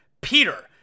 Peter